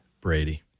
Brady